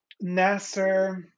Nasser